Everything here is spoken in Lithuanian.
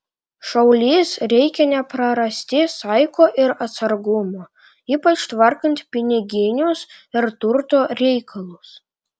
šaulys reikia neprarasti saiko ir atsargumo ypač tvarkant piniginius ir turto reikalus